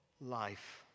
life